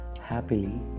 happily